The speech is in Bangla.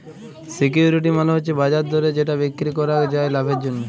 সিকিউরিটি মালে হচ্যে বাজার দরে যেটা বিক্রি করাক যায় লাভের জন্যহে